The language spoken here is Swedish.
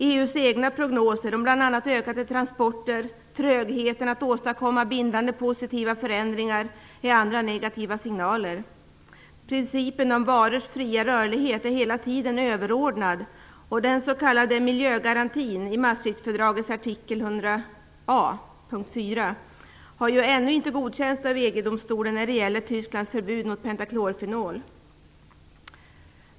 EU:s egna prognoser om bl.a. ökade transporter, och trögheten att åstadkomma bindande positiva förändringar är andra negativa signaler. Principen om varors fria rörlighet är hela tiden överordnad, och den s.k. miljögarantin i Maastrichtfördragets artikel 100a.4 har ju ännu inte godkänts av EG-domstolen när det gäller Tysklands förbud mot pentaklorfenol.